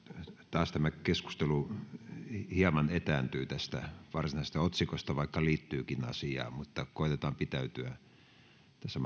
taas tämä keskustelu hieman etääntyy tästä varsinaisesta otsikosta vaikka liittyykin asiaan koetetaan pitäytyä tässä